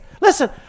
listen